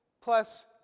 plus